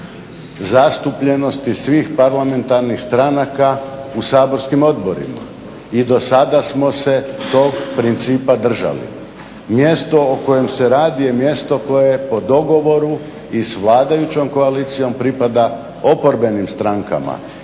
zastupljenosti svih parlamentarnih stranaka u saborskim odborima. I do sada smo se tog principa držali. Mjesto o kojem se radi je mjesto koje po dogovoru i s vladajućom koalicijom pripada oporbenim strankama